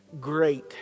great